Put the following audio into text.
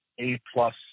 A-plus